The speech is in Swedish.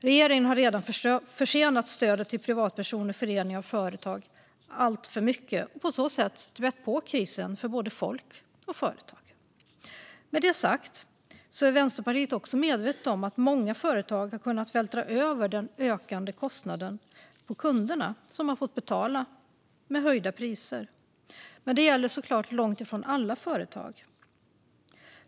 Regeringen har redan försenat stödet till privatpersoner, föreningar och företag alltför mycket och på så sätt spätt på krisen för både folk och företag. Med det sagt är Vänsterpartiet medvetet om att många företag har kunnat vältra över den ökande kostnaden på kunderna, som har fått betala med höjda priser. Men det gäller såklart långt ifrån alla företag.